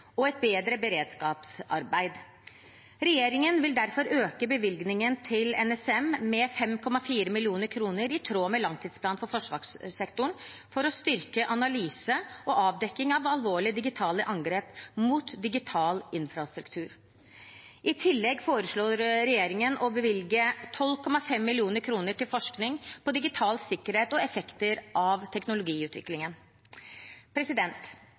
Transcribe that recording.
og et bedre beredskapsarbeid. Regjeringen vil derfor øke bevilgningen til NSM med 5,4 mill. kr, i tråd med langtidsplanen for forsvarssektoren, for å styrke analyse og avdekking av alvorlige digitale angrep på digital infrastruktur. I tillegg foreslår regjeringen å bevilge 12,5 mill. kr til forskning på digital sikkerhet og effekter av teknologiutviklingen.